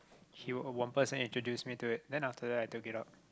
he would one person introduce me to it then after that I took it out